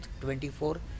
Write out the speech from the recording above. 24